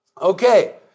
okay